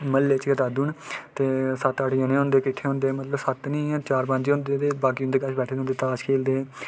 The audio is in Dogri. म्हल्ले च गै दादू न ते सत्त अट्ठ जनें हैन जोह्के इत्थें होंदे मतलब सत्त निं चार पंज गै होंदे ते बाकी इं'दे कश बैठे दे होंदे ताश खेलदे